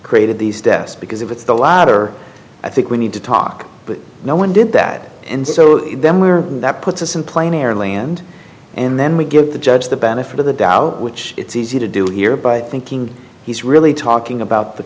created these deaths because if it's the latter i think we need to talk but no one did that and so then where that puts us in plain air land and then we give the judge the benefit of the doubt which it's easy to do here by thinking he's really talking about the